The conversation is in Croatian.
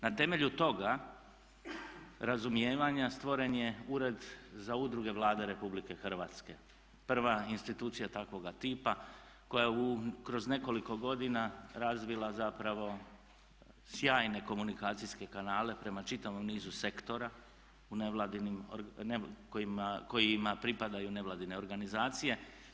Na temelju toga razumijevanja stvoren je Ured za udruge Vlade RH, prva institucija takvoga tipa koja je kroz nekoliko godina razvila zapravo sjajne komunikacijske kanale prema čitavom nizu sektora kojima pripadaju nevladine organizacije.